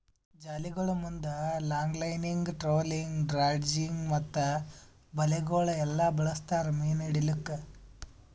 ಜಾಲಿಗೊಳ್ ಮುಂದ್ longlining, trolling, dredging ಮತ್ತ ಬಲೆಗೊಳ್ ಎಲ್ಲಾ ಬಳಸ್ತಾರ್ ಮೀನು ಹಿಡಿಲುಕ್